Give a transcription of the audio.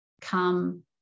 come